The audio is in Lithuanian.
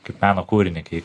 kaip meno kūrinį kai